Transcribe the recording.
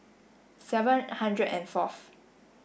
seven hundred and fourth